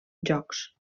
jocs